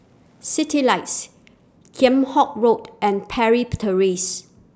Citylights Kheam Hock Road and Parry Terrace